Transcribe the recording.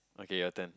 okay your turn